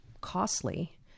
costly